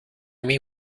mean